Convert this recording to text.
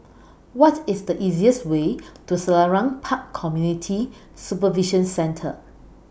What IS The easiest Way to Selarang Park Community Supervision Centre